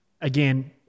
again